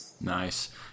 Nice